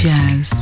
Jazz